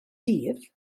dydd